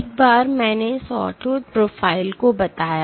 एक बार मैंने Sawtooth प्रोफाइल को बताया